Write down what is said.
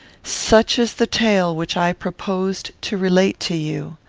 such is the tale which i proposed to relate to you.